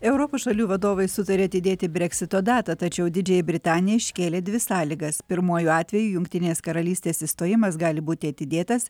europos šalių vadovai sutarė atidėti breksito datą tačiau didžiajai britanijai iškėlė dvi sąlygas pirmuoju atveju jungtinės karalystės išstojimas gali būti atidėtas